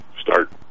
start